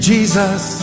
Jesus